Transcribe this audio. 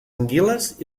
anguiles